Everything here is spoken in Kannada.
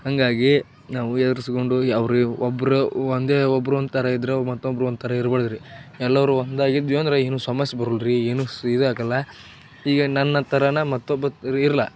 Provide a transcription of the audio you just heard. ಹಾಗಾಗಿ ನಾವು ಎದ್ರಿಸ್ಗೊಂಡು ಯಾವ ಒಬ್ರು ಒಂದು ಒಬ್ರು ಒಂಥರ ಇದ್ದರೆ ಗ್ ಮತ್ತೊಬ್ರು ಅಂತಾರೆ ಇರ್ಗೊಳಿರಿ ಎಲ್ಲರೂ ಒಂದಾಗಿದ್ವಿ ಅಂದರೆ ಏನು ಸಮಸ್ಯ್ ಬರಲ್ಲ ರೀ ಏನೂ ಸ್ ಇದಾಗಲ್ಲ ಈಗ ನನ್ನ ಥರನೇ ಮತ್ತೊಬ್ಬ ಇರಲ್ಲ